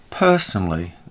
Personally